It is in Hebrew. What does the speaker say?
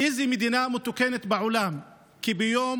באיזו מדינה מתוקנת בעולם, ביום